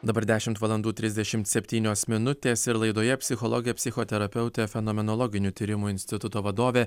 dabar dešimt valandų trisdešimt septynios minutės ir laidoje psichologė psichoterapeutė fenomenologinių tyrimų instituto vadovė